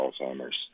Alzheimer's